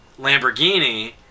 Lamborghini